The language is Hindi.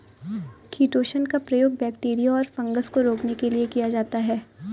किटोशन का प्रयोग बैक्टीरिया और फँगस को रोकने के लिए किया जा रहा है